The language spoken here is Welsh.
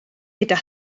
gyda